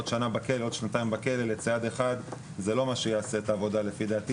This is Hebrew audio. עוד שנה או שנתיים בכלא לצייד אחד זה לא מה שיעשה את העבודה לפי דעתי,